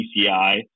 PCI